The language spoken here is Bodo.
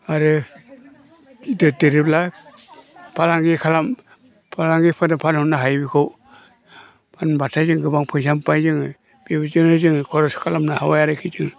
आरो देरोब्ला फालांगि खालाम फालांगिफोरनो फानहरनो हायो बेखौ फानब्लाथाय जों गोबां फैसा मोनबाय जोङो बेबायदिनो जोङो खरस खालामनो हाबाय आरखि जों